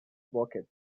bucket